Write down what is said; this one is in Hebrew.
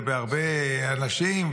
ובהרבה אנשים,